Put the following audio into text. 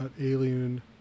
alien